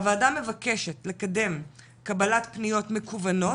הוועדה מבקשת לקדם קבלת פניות מקוונות,